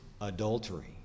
adultery